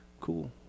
cool